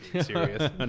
serious